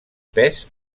pes